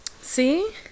See